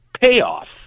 payoff